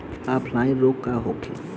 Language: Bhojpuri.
ऑफलाइन रोग का होखे?